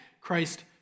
Christ